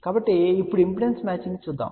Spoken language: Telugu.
కాబట్టి ఇప్పుడు ఇంపిడెన్స్ మ్యాచింగ్ చూద్దాం